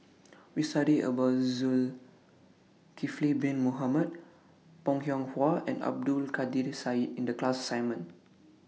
We studied about Zulkifli Bin Mohamed Bong Hiong Hwa and Abdul Kadir Syed in The class assignment